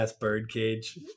birdcage